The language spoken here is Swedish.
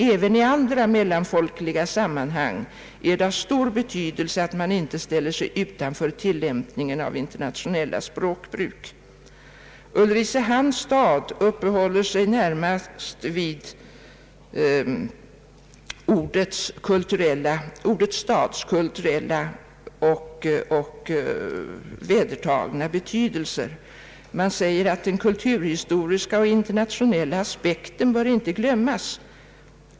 Även i andra mellanfolkliga sammanhang är det av stor betydelse att man icke ställer sig utanför tillämpningen av internationellt språkbruk.» Ulricehamns stad uppehåller sig närmast vid ordet stads kulturella och vedertagna betydelse. Man säger: »Den kulturhistoriska och internationella aspekten bör icke glömmas.